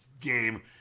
game